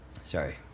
Sorry